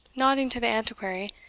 nodding to the antiquary,